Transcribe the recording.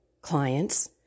clients